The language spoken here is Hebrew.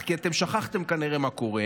כי אתם שכחתם כנראה מה קורה.